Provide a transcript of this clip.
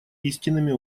истинными